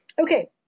Okay